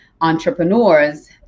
entrepreneurs